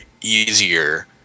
easier